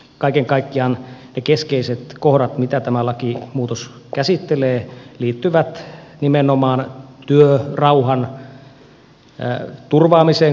kaiken kaikkiaan ne keskeiset kohdat mitä tämä lakimuutos käsittelee liittyvät nimenomaan työrauhan turvaamiseen kaikissa kouluissa